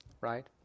right